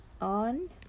on